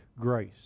grace